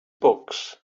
books